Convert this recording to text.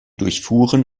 durchfuhren